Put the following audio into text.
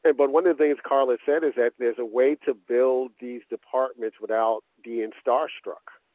and but one of the things karla said is that there's a way to build these departments without being starstruck.